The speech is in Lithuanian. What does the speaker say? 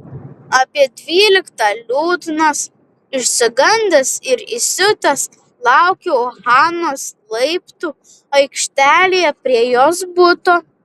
apie dvyliktą liūdnas išsigandęs ir įsiutęs laukiau hanos laiptų aikštelėje prie jos buto